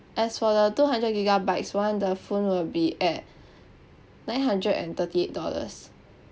as for the two hundred gigabytes [one] the phone will be at nine hundred and thirty eight dollars